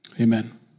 Amen